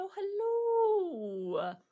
hello